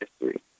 history